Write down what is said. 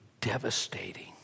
devastating